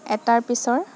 এটাৰ পিছৰ